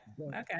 okay